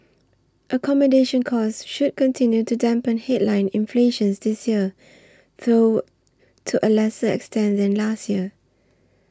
accommodation costs should continue to dampen headline inflation this year though to a lesser extent than last year